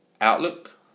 Outlook